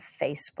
Facebook